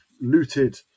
looted